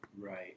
Right